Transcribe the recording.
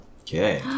Okay